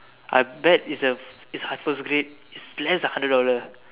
I bet it's a it's first grade it's less than hundred dollar